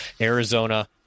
Arizona